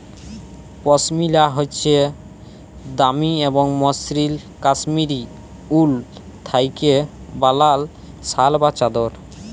পশমিলা হছে দামি এবং মসৃল কাশ্মীরি উল থ্যাইকে বালাল শাল বা চাদর